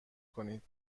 کنید